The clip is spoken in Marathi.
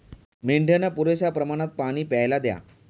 मेंढ्यांना पुरेशा प्रमाणात पाणी प्यायला द्या